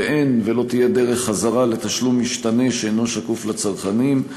ואין ולא תהיה דרך חזרה לתשלום משתמש שאינו שקוף לצרכנים.